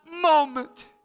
moment